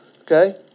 Okay